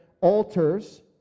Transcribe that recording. altars